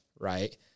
right